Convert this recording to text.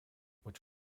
which